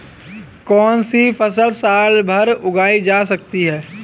कौनसी फसल साल भर उगाई जा सकती है?